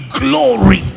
glory